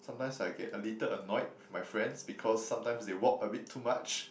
sometimes I get a little annoyed with my friends because sometimes they walk a bit too much